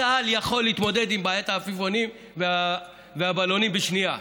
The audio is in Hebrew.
צה"ל יכול להתמודד עם בעיית העפיפונים והבלונים בשנייה,